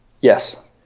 Yes